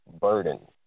burden